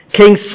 King